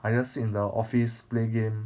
I just sit in the office play game